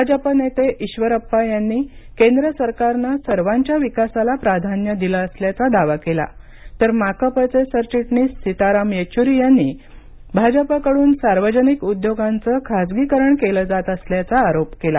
भाजप नेते ईश्वरप्पा यांनी केंद्र सरकारने सर्वांच्या विकासाला प्राधान्य दिलं असल्याचा दावा केला तर माकपचे सरचिटणीस सीताराम येच्युरी यांनी भाजपकडून सार्वजनिक उद्योगांचं खासगीकरण केलं जात असल्याचा आरोप केला